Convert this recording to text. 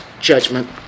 judgment